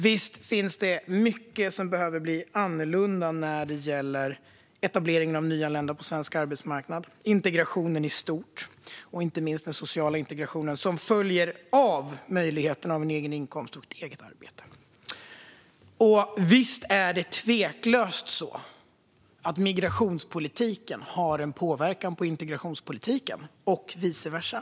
Visst finns det mycket som behöver bli annorlunda när det gäller etablering av nyanlända på svensk arbetsmarknad, integrationen i stort och inte minst den sociala integration som följer av möjligheterna som ges av att ha en egen inkomst och ett eget arbete. Och visst har migrationspolitiken påverkan på integrationspolitiken och vice versa.